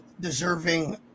deserving